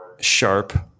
Sharp